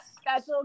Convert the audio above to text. special